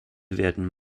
werden